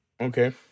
Okay